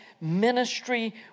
ministry